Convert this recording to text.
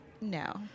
No